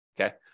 Okay